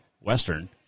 Western